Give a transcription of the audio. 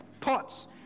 Pots